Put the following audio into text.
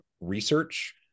research